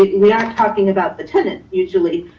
we are talking about the tenant usually.